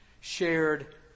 shared